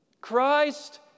Christ